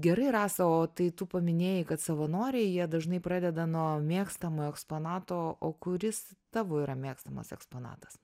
gerai rasa o tai tu paminėjai kad savanoriai jie dažnai pradeda nuo mėgstamo eksponato o kuris tavo yra mėgstamas eksponatas